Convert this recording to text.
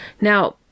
Now